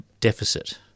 deficit